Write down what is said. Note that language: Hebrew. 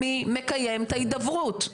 מי מקיים את ההידברות?